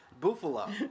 Buffalo